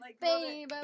baby